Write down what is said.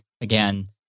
again